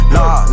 Nah